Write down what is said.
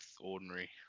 ordinary